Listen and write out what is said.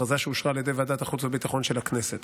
הכרזה שאושרה על ידי ועדת החוץ והביטחון של הכנסת.